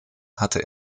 hatte